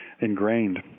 ingrained